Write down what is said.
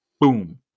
boom